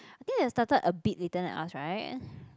I think they started a bit later than us right